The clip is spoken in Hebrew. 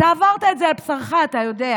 אתה עברת את זה על בשרך, אתה יודע.